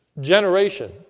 generation